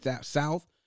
South